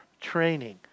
training